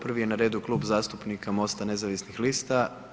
Prvi je na redu Klub zastupnika MOST-a nezavisnih lista.